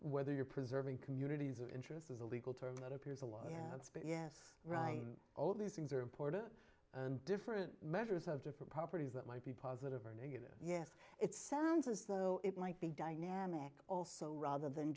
whether you're preserving communities of interest as a legal term that appears a lot have yes right all these things are important and different measures have different properties that might be positive or negative yes it sounds as though it might be dynamic also rather than